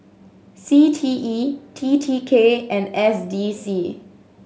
C T E T T K and S D C